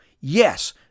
yes